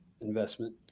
investment